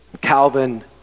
Calvin